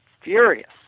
furious